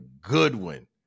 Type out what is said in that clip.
goodwin